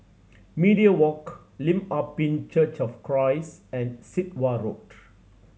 Media Walk Lim Ah Pin Church of Christ and Sit Wah Road